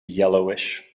yellowish